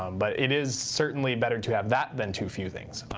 um but it is certainly better to have that than too few things.